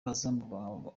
abazamu